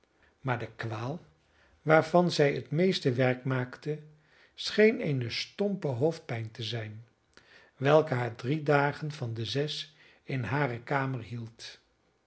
maar de kwaal waarvan zij het meeste werk maakte scheen eene stompe hoofdpijn te zijn welke haar drie dagen van de zes in hare kamer hield